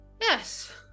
Yes